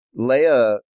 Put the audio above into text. Leia